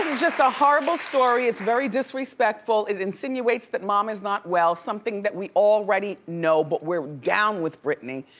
just a horrible story. it's very disrespectful. it insinuates that mom is not well. something that we already know, but we're down with britney.